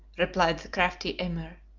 replied the crafty emir.